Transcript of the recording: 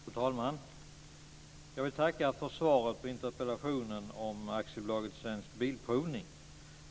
Fru talman! Jag vill tacka för svaret på interpellationen om AB Svensk Bilprovning.